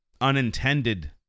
unintended